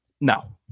No